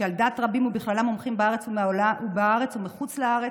שעל דעת רבים, ובכללם מומחים בארץ ומחוץ לארץ,